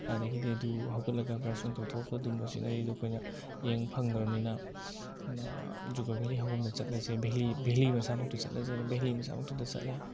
ꯑꯗꯒꯤꯗꯤ ꯑꯗꯨ ꯍꯧꯒꯠꯂꯒ ꯕ꯭ꯔꯁ ꯅꯨꯡ ꯇꯧꯊꯣꯛꯑꯒ ꯑꯗꯨꯝꯕ ꯁꯤꯅꯔꯤꯗꯨ ꯑꯩꯈꯣꯏꯅ ꯌꯦꯡꯕ ꯐꯪꯈ꯭ꯔꯕꯅꯤꯅ ꯖꯨꯀꯣ ꯕꯦꯂꯤ ꯍꯧꯐꯝꯗ ꯆꯠꯂꯁꯤ ꯕꯦꯂꯤ ꯕꯦꯂꯤ ꯃꯁꯥꯃꯛꯇꯨꯗ ꯆꯠꯂꯁꯦꯅ ꯕꯦꯂꯤ ꯃꯁꯥꯃꯛꯇꯨꯗ ꯆꯠꯂꯦ